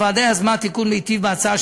הוועדה יזמה תיקון מיטיב בהצעה,